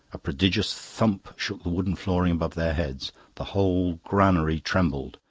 a prodigious thump shook the wooden flooring above their heads the whole granary trembled,